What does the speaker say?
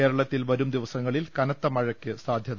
കേരളത്തിൽ വരും ദിവസങ്ങളിൽ കനത്ത മഴയ്ക്ക് സാധ്യത്